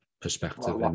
Perspective